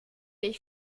ich